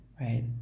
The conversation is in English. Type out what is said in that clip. right